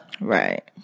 Right